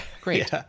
great